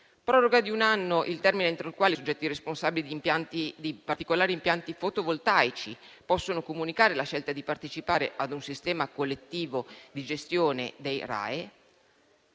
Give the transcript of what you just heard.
proroga di un anno del termine entro il quale i soggetti responsabili di particolari impianti fotovoltaici possono comunicare la scelta di partecipare ad un sistema collettivo di gestione dei RAEE.